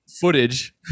footage